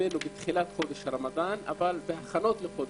בתחילת חודש הרמדאן ובהכנות אליו.